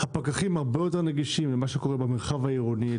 הפקחים הרבה יותר נגישים למה שקורה במרחב העירוני.